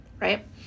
Right